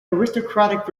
aristocratic